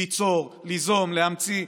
ליצור, ליזום, להמציא.